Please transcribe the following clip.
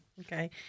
Okay